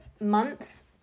months